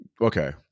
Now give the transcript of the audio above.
Okay